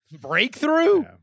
breakthrough